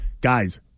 guys